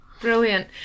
brilliant